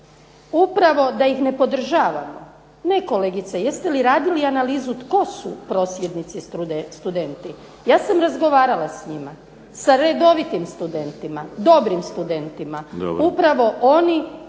upravo da ih ne podržavamo. Ne kolegice, jeste li radili analizu tko su prosvjednici studenti. Ja sam razgovarala s njima, s redovitim studentima, dobrim studentima. Upravo oni